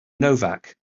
novak